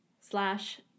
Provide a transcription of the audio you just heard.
slash